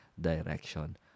direction